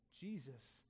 Jesus